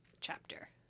chapter